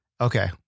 okay